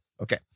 Okay